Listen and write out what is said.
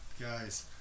guys